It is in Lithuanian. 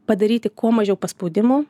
padaryti kuo mažiau paspaudimo